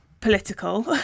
political